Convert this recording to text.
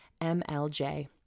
MLJ